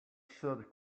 should